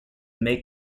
make